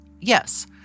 Yes